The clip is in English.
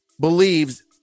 believes